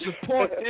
support